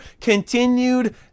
continued